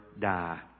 die